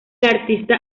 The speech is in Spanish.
artista